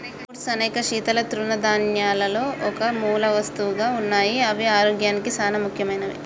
oats అనేక శీతల తృణధాన్యాలలో ఒక మూలవస్తువుగా ఉన్నాయి అవి ఆరోగ్యానికి సానా ముఖ్యమైనవి